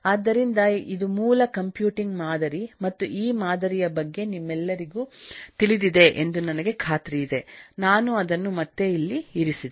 ಆದ್ದರಿಂದಇದು ಮೂಲ ಕಂಪ್ಯೂಟಿಂಗ್ ಮಾದರಿ ಮತ್ತು ಈ ಮಾದರಿಯ ಬಗ್ಗೆ ನಿಮ್ಮೆಲ್ಲರಿಗೂ ತಿಳಿದಿದೆ ಎಂದು ನನಗೆ ಖಾತ್ರಿಯಿದೆ ನಾನು ಅದನ್ನು ಮತ್ತೆ ಇಲ್ಲಿ ಇರಿಸಿದೆ